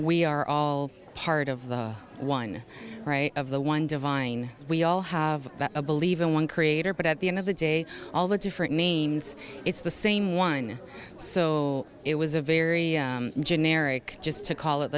we are all part of one of the one divine we all have a believe in one creator but at the end of the day all the different names it's the same one so it was a very generic just to call it